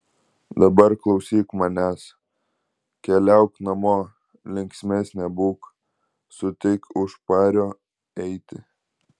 dabar klausyk manęs keliauk namo linksmesnė būk sutik už pario eiti